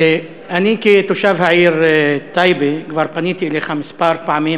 אני, כתושב העיר טייבה, כבר פניתי אליך כמה פעמים